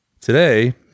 today